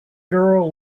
girl